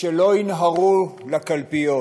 שלא ינהרו לקלפיות.